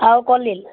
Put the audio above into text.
আৰু কলডিল